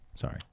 Sorry